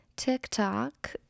tiktok